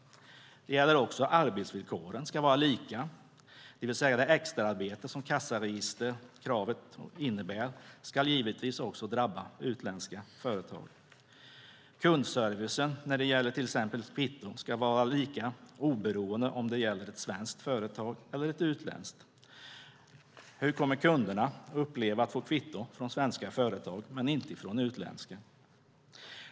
Det gäller också att arbetsvillkoren ska vara lika, det vill säga att det extra arbete som kassaregisterkravet innebär givetvis också ska drabba utländska företag. Kundservicen, till exempel när det gäller kvitto, ska vara lika oberoende av om det gäller ett svenskt företag eller ett utländskt. Hur kommer kunderna att uppleva att få kvitto från svenska företag men inte från utländska?